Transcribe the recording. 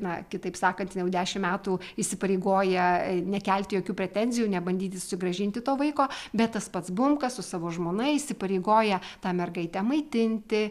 na kitaip sakant jau dešimt metų įsipareigoja nekelti jokių pretenzijų nebandyti susigrąžinti to vaiko bet tas pats bunkas su savo žmona įsipareigoja tą mergaitę maitinti